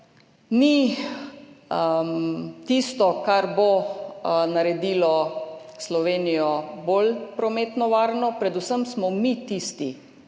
ni tisto, kar bo naredilo Slovenijo bolj prometno varno. Predvsem smo mi tisti,